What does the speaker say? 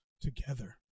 together